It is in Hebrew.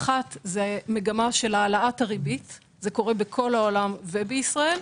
א) מגמה של העלאת הריבית זה קורה בכל העולם ובישראל,